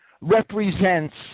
represents